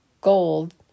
Gold